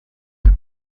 ati